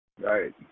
Right